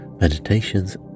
meditations